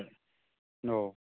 दे औ